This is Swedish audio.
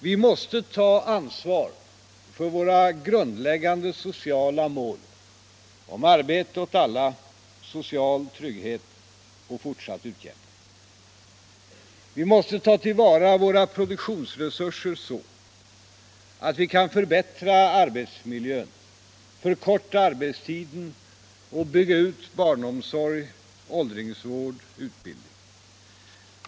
Vi måste ta ansvar för våra grundläggande sociala mål om arbete åt alla, social trygghet och fortsatt utjämning. Vi måste ta till vara våra produktionsresurser så att vi kan förbättra arbetsmiljön, förkorta arbetstiden och bygga ut barnomsorg, åldringsvård, utbildning.